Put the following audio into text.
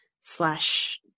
slash